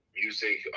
music